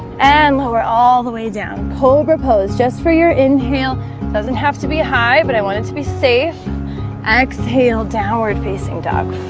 and lower all the way down cobra pose just for your inhale doesn't have to be high, but i want it to be safe exhale downward facing dog